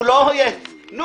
הוא לא נו,